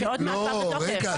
שעוד מעט פג התוקף.